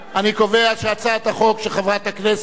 אני קובע שהצעת החוק של חברת הכנסת